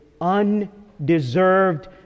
undeserved